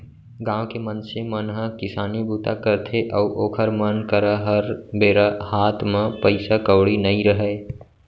गाँव के मनसे मन ह किसानी बूता करथे अउ ओखर मन करा हर बेरा हात म पइसा कउड़ी नइ रहय